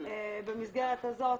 במסגרת הזאת,